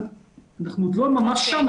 אנחנו עוד לא ממש שם,